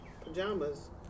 pajamas